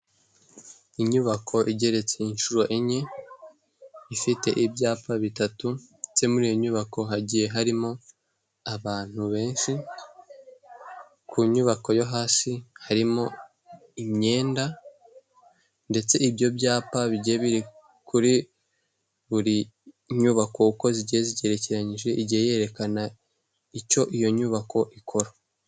Inyubako igeretse inshuro enye, ifite ibyapa bitatu ndetse muri iyo nyubako hagiye harimo abantu benshi, ku nyubako yo hasi harimo imyenda ndetse ibyo byapa bigiye biri kuri buri nyubako uko zigiye zigerekeranyije igiye yerekana icyo iyo nyubako ikora.